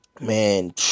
man